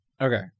Okay